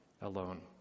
alone